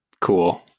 cool